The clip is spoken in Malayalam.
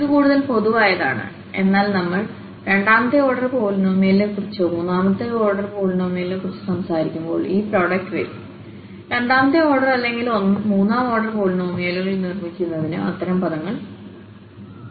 ഇത് കൂടുതൽ പൊതുവായതാണ് എന്നാൽ നമ്മൾ രണ്ടാമത്തെ ഓർഡർ പോളിനോമിയലിനെക്കുറിച്ചോ മൂന്നാം ഓർഡർ പോളിനോമിയലിനെക്കുറിച്ചോ സംസാരിക്കുമ്പോൾ ഈ പ്രോഡക്റ്റ് വരും രണ്ടാമത്തെ ഓർഡർ അല്ലെങ്കിൽ മൂന്നാം ഓർഡർ പോളിനോമിയലുകൾ നിർമ്മിക്കുന്നതിന് അത്തരം പദങ്ങൾ പ്രോഡക്റ്റ്ൽ വരും